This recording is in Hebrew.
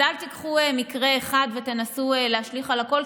אז אל תיקחו מקרה אחד ותנסו להשליך על הכול,